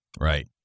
Right